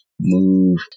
move